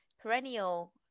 perennial